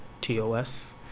TOS